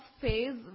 phase